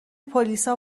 پلیسا